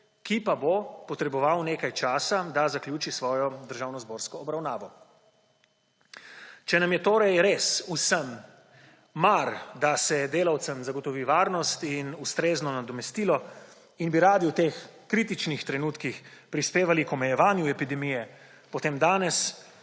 ki pa bo potreboval nekaj časa, da zaključi svojo državnozborsko obravnavo. Če nam je torej res vsem mar, da se delavcem zagotovi varnost in ustrezno nadomestilo in bi radi v teh kritičnih trenutkih prispevali k omejevanju epidemije, potem danes